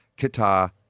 Qatar